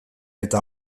eta